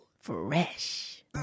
fresh